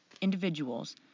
individuals